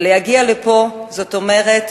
ולהגיע לפה, זאת אומרת,